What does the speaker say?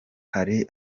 hari